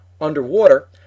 Underwater